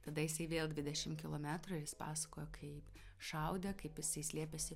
tada jisai vėl dvidešim kilometrų ir jis pasakojo kaip šaudė kaip jisai slėpėsi